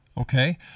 Okay